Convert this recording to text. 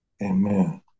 Amen